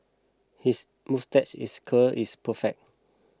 his moustache is curl is perfect